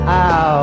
out